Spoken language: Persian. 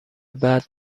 بعد